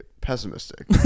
pessimistic